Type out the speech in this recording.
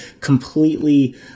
completely